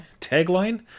tagline